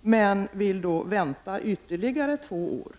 men vill vänta ytterligare två år.